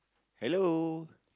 hello